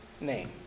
name